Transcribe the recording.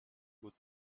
would